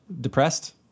depressed